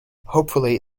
hopefully